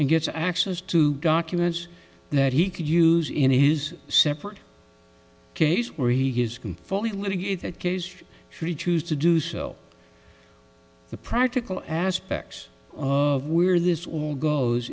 and gets access to documents that he could use in his separate case where he is can fully litigate a case should she choose to do so the practical aspects of where this all goes